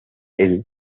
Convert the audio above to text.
ill